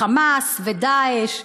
"חמאס" ו"דאעש":